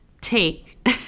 take